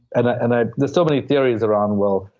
and ah and ah there's so many theories around, well,